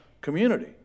community